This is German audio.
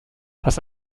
pass